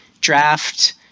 draft